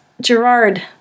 Gerard